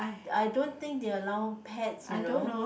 I don't think they allow pets you know